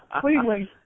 Cleveland